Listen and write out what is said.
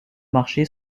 marché